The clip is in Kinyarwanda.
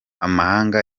amahanga